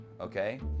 okay